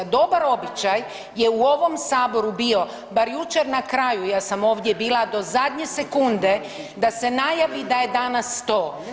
Dobar običaj je u ovom Saboru bio, bar jučer na kraju, ja sam ovdje bila do zadnje sekunde, da se najavi da je danas to.